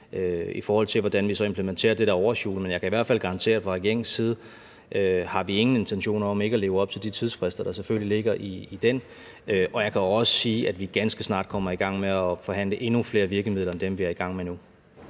i forhold til hvordan vi så implementerer det der årshjul. Men jeg kan i hvert fald garantere, at fra regeringens side har vi ingen intentioner om ikke at leve op til de tidsfrister, der selvfølgelig ligger i den. Og jeg kan også sige, at vi meget snart kommer i gang med at forhandle endnu flere virkemidler end dem, vi er i gang med nu.